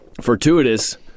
Fortuitous